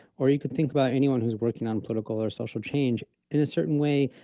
or you could think about anyone who's working on political or social change in a certain way,